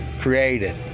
created